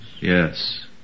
Yes